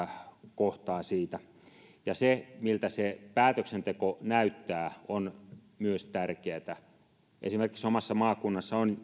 kohtaa siitä ja se miltä se päätöksenteko näyttää on myös tärkeätä esimerkiksi omassa maakunnassani on